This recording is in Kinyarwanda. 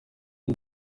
ari